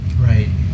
Right